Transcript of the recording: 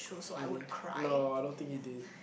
really no I don't think you did